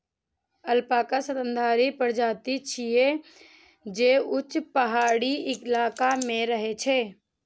alpaca स्तनधारी प्रजाति छियै, जे ऊंच पहाड़ी इलाका मे रहै छै